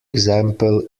example